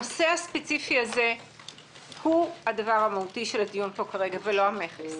הנושא הספציפי הזה הוא הדבר המהותי בדיון פה כרגע ולא המכס.